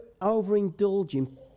overindulging